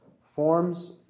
forms